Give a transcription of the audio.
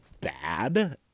bad